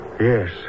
Yes